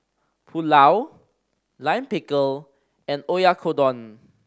Pulao Lime Pickle and Oyakodon